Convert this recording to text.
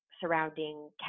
surrounding